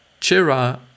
Chira